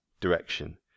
direction